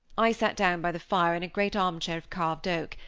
i sat down by the fire in a great armchair of carved oak,